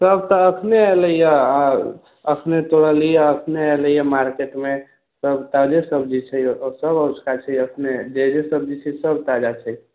सब तऽ अखने एलैए अखने तोड़ैलियैए अखने एलैए मार्केटमे सब ताजे सब्जी छै एतऽ जे जे सब्जी छै सब ताजा छै